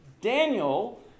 Daniel